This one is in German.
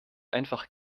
einfach